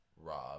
Rob